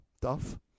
Duff